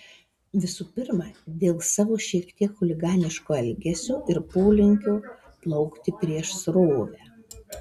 visų pirma dėl savo šiek tiek chuliganiško elgesio ir polinkio plaukti prieš srovę